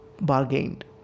bargained